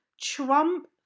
Trump